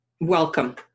welcome